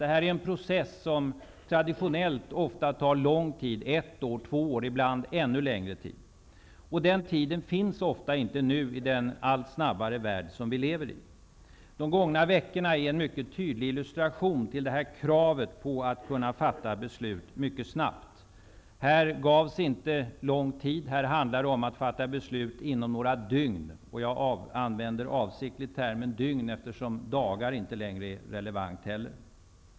Det här är en process som traditionellt ofta tar lång tid -- ett år, två år och ibland ännu längre tid. Den tiden finns ofta inte i den värld som vi nu lever i och där det går allt snabbare. De gångna veckorna illustrerar mycket tydligt kravet på att kunna fatta beslut mycket snabbt. Här gavs inte lång tid. Här handlade det om att fatta beslut inom några dygn. Jag använder avsiktligt termen dygn, eftersom ordet dagar inte längre är relevant.